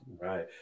right